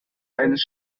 eines